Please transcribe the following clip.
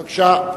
בבקשה.